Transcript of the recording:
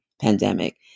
pandemic